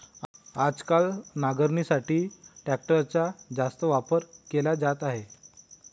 आजकाल नांगरणीसाठी ट्रॅक्टरचा जास्त वापर केला जात आहे